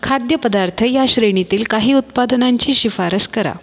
खाद्यपदार्थ या श्रेणीतील काही उत्पादनांची शिफारस करा